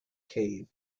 cave